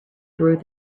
through